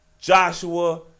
Joshua